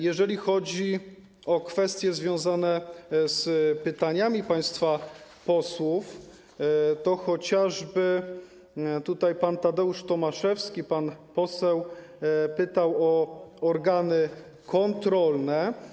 Jeżeli chodzi o kwestie związane z pytaniami państwa posłów, to chociażby pan poseł Tadeusz Tomaszewski pytał o organy kontrolne.